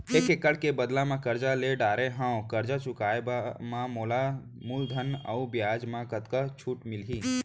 एक एक्कड़ के बदला म करजा ले डारे हव, करजा चुकाए म मोला मूलधन अऊ बियाज म कतका छूट मिलही?